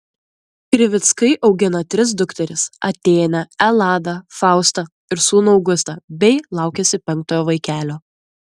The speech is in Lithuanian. krivickai augina tris dukteris atėnę eladą faustą ir sūnų augustą bei laukiasi penktojo vaikelio